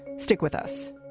stick with us